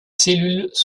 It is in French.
cellules